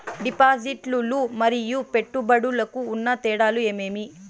డిపాజిట్లు లు మరియు పెట్టుబడులకు ఉన్న తేడాలు ఏమేమీ?